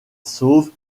sauve